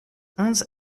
onze